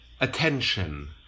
attention